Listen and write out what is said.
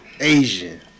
Asian